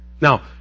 Now